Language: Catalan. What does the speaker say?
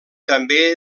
també